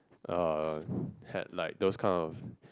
uh had like those kind of